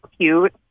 cute